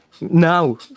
now